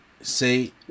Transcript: say